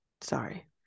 sorry